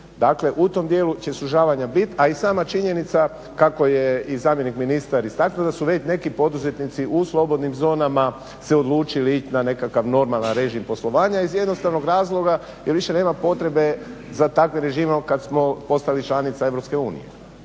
Dakle, u tom dijelu će sužavanja biti, a i sama činjenica kako je i zamjenik ministra istaknuo, da su neki poduzetnici u slobodnim zonama se odlučili na nekakav normalan režim poslovanja iz jednostavnog razloga jer više nema potrebe za takvim režimom kad smo postali članica EU